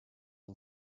and